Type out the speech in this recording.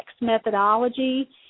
methodology